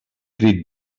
crit